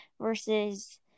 versus